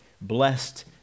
Blessed